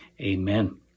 Amen